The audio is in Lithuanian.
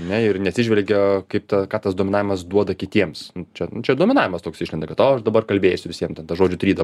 ne ir neatsižvelgia kaip tą ką tas dominavimas duoda kitiems čia čia dominavimas toks išlenda kad aš dabar kalbėsiu visiem ten tą žodžių trydą